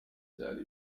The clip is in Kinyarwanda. byari